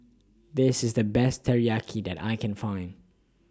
This IS The Best Teriyaki that I Can Find